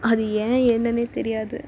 அது ஏன் என்னன்னே தெரியாது